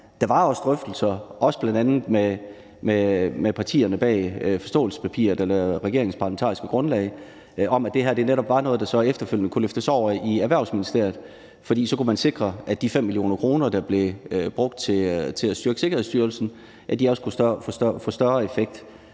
Der var også drøftelser, bl.a. også med partierne bag forståelsespapiret, altså regeringens parlamentariske grundlag, om, at det her netop var noget, der så efterfølgende kunne løftes over i Erhvervsministeriet, fordi man så kunne sikre, at de 5 mio. kr., der blev brugt til at styrke Sikkerhedsstyrelsen, også kunne få større effekt.